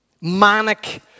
Manic